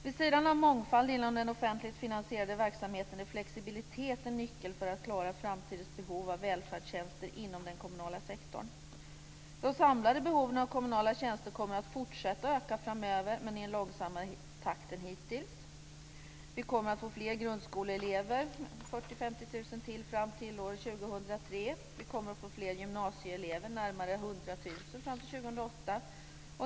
Vid sidan av mångfald inom den offentligt finansierade verksamheten är flexibilitet en nyckel för att klara framtidens behov av välfärdstjänster inom den kommunala sektorn. De samlade behoven av kommunala tjänster kommer att fortsätta att öka framöver, men i en långsammare takt än hittills. Vi kommer att få fler grundskoleelever - 40 000-50 000 fler - fram till år 2003. Vi kommer att få fler gymnasieelever, närmare 100 000, fram till 2008.